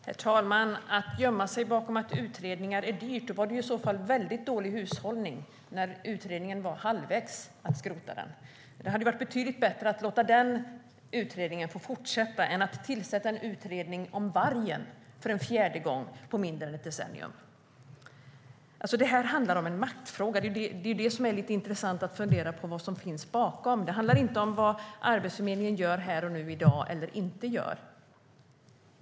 Herr talman! Att gömma sig bakom att utredningar är dyra innebär att det i så fall var dålig hushållning att skrota utredningen när den hade kommit halvvägs. Det hade varit betydligt bättre att låta utredningen få fortsätta sitt arbete än att tillsätta en utredning om vargen för en fjärde gång på mindre än ett decennium. Det här handlar om makt. Det är intressant att fundera över vad som ligger bakom. Det handlar inte om vad Arbetsförmedlingen gör eller inte gör här och nu i dag.